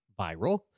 viral